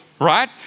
right